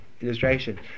illustration